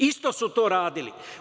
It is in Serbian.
Isto su to radili.